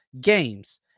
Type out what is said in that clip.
games